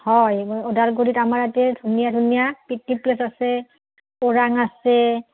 হয় ওদালগুৰিত আমাৰ ইয়াতে ধুনীয়া ধুনীয়া পিকনিক প্লেচ আছে ওৰাং আছে